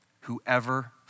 Whoever